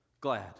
glad